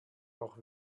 auch